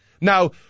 Now